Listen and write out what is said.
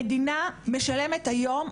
מדינה משלמת היום,